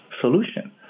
solution